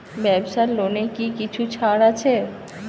ব্যাবসার লোনে কি কিছু ছাড় আছে?